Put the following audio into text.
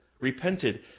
repented